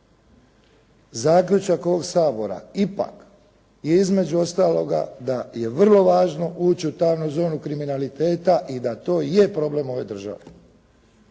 Zaključak ovog Sabora ipak je između ostaloga da je vrlo važno ući u tamnu zonu kriminaliteta i da to i je problem ove države.